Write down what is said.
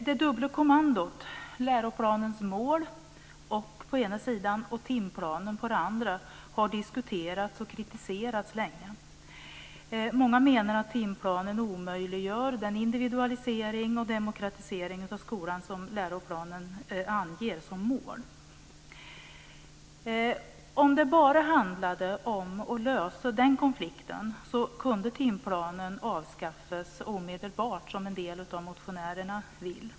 Det dubbla kommandot och läroplanens mål å ena sidan och timplanen å andra sidan har länge diskuterats och kritiserats. Många menar att timplanen omöjliggör den individualisering och demokratisering av skolan som läroplanen anger som mål. Om det bara handlade om att lösa den konflikten kunde timplanen avskaffas omedelbart, som en del av motionärerna vill.